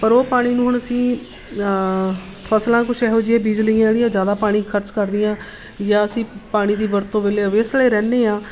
ਪਰ ਉਹ ਪਾਣੀ ਨੂੰ ਹੁਣ ਅਸੀਂ ਫਸਲਾਂ ਕੁਛ ਇਹੋ ਜਿਹੀਆਂ ਬੀਜਲੀਆਂ ਜਿਹੜੀਆਂ ਜ਼ਿਆਦਾ ਪਾਣੀ ਖਰਚ ਕਰਦੀਆਂ ਜਾਂ ਅਸੀਂ ਪਾਣੀ ਦੀ ਵਰਤੋਂ ਵੇਲੇ ਅਵੇਸਲੇ ਰਹਿੰਦੇ ਹਾਂ